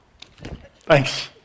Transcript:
Thanks